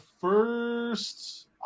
first